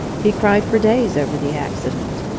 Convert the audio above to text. he cried for days over the accident.